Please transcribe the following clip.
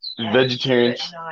Vegetarians